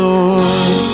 Lord